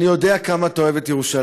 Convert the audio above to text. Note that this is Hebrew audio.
אני יודע כמה אתה אוהב את ירושלים,